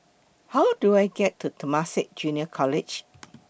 How Do I get to Temasek Junior College